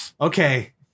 Okay